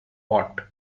what